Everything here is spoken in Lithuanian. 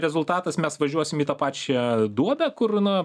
rezultatas mes važiuosim į tą pačią duobę kur na